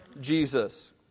Jesus